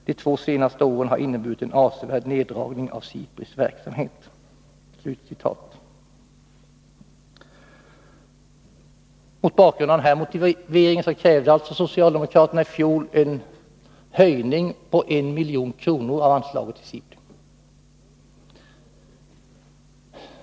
De två senaste åren har inneburit en avsevärd neddragning av SIPRI:s verksamhet.” Med den motiveringen krävde socialdemokraterna i fjol en höjning av anslaget till SIPRI med 1 milj.kr.